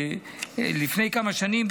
לפני כמה שנים,